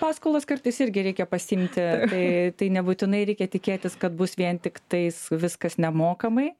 paskolas kartais irgi reikia pasiimti tai tai nebūtinai reikia tikėtis kad bus vien tiktais viskas nemokamai